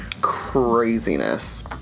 craziness